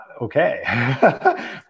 okay